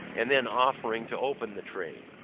and then offering to open the trade.